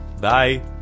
Bye